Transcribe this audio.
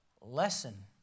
lesson